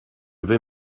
vais